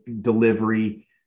delivery